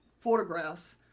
photographs